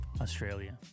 Australia